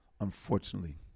Unfortunately